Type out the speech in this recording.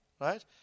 right